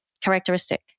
characteristic